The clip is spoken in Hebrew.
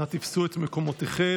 אנא תפסו את מקומותיכם.